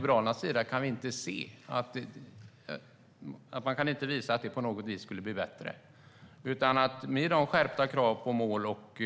Men man kan inte visa att det på något vis skulle bli bättre. Med skärpta krav på mål och